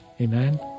Amen